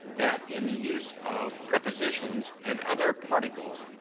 that in the use of prepositions and other particles,